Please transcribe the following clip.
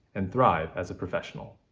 and thrive as a professional.